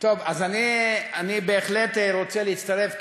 אז אני בהחלט רוצה להצטרף,